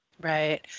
Right